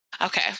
Okay